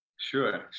Sure